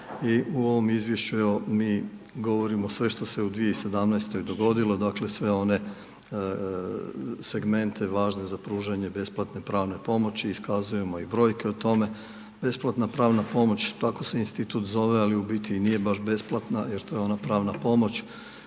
u ovom izvješću evo mi govorimo sve što se u 2017. dogodilo, dakle sve one segmente važne pružanje besplatne pravne pomoći, iskazujemo i brojke o tome. Besplatna pravna pomoć, tako se institut zove ali u biti nije baš besplatna jer to je ona pravna pomoć